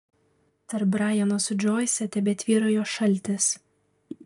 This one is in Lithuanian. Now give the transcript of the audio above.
tarp brajano su džoise tebetvyrojo šaltis